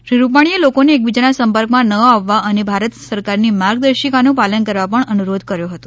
શ્રી રૂપાણીએ લોકોને એકબીજાના સંપર્કમાં ન આવવા અને ભારત સરકારની માર્ગદર્શિકાનું પાલન કરવા પણ અનુરોધ કર્યો હતો